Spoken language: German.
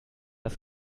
das